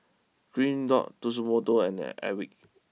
Green dot Tatsumoto and Airwick